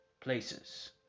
places